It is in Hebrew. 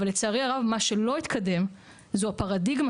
אבל לצערי הרב מה שלא התקדם זו הפרדיגמה